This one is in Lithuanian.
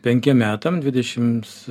penkiem metam dvidešimts